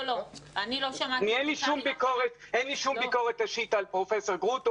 אין לי שום ביקורת אישית על פרופ' גרוטו